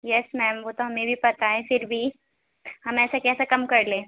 یس ma'am وہ تو ہمیں بھی پتا ہے پھر بھی ہم ایسے کیسے کم کر لیں